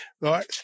right